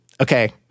Okay